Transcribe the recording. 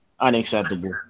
unacceptable